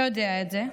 אתה יודע את זה,